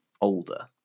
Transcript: older